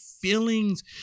feelings